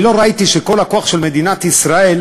אני לא ראיתי שכל הכוח של מדינת ישראל